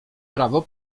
prawo